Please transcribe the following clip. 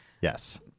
Yes